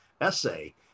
essay